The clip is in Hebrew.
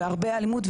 והרבה אלימות,